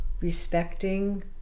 respecting